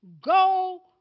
go